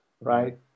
right